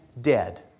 dead